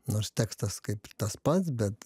nors tekstas kaip ir tas pats bet